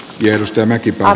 jos tämä kika